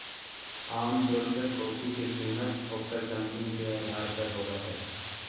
आमतौर पर कॉफी के कीमत ओकर कंपनी के अधार पर होबय हइ